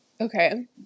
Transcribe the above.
Okay